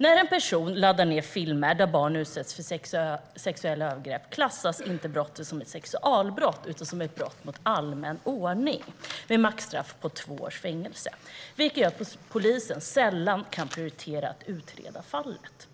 När en person laddar ned filmer där barn utsätts för sexuella övergrepp klassas inte brottet som ett sexualbrott utan som ett brott mot allmän ordning med ett maxstraff på två års fängelse. Det gör att polisen sällan kan prioritera att utreda fallet.